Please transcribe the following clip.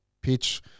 pitch